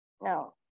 no